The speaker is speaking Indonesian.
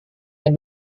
yang